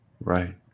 Right